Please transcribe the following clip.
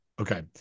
okay